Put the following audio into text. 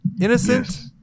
innocent